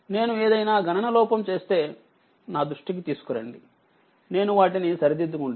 నేను ఏదయినా గణన లో లోపం చేస్తే నా దృష్టి కి తీసుకురండి నేను వాటిని సరిదిద్దుకుంటాను